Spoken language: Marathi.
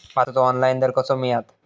भाताचो ऑनलाइन दर कसो मिळात?